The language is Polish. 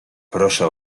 proszę